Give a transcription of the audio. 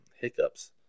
hiccups